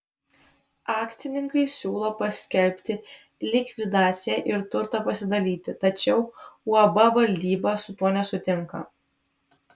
akcininkai siūlo paskelbti likvidaciją ir turtą pasidalyti tačiau uab valdyba su tuo nesutinka